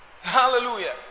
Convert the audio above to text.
Hallelujah